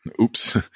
oops